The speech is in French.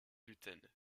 gluten